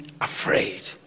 afraid